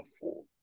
four